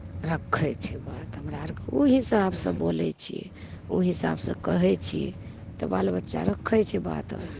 रखै छै बात हमरा आओरके ओहि हिसाबसे बोलै छिए ओहि हिसाबसे कहै छिए तऽ बाल बच्चा रखै छै बात आओर